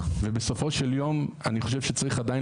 ובסופו של יום אני חושב שצריך עדיין